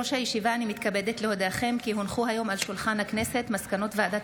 אני קובעת כי החלטת ועדת